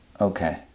Okay